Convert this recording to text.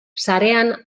sarean